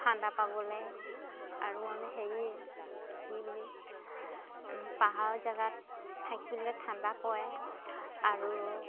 ঠাণ্ডা পাবলৈ আৰু আমি হেৰি কি বুলি পাহাৰ জেগাত থাকিলে ঠাণ্ডা পৰে আৰু